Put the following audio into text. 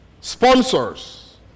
sponsors